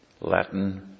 Latin